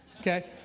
Okay